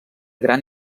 gran